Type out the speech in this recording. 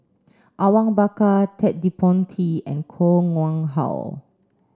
Awang Bakar Ted De Ponti and Koh Nguang How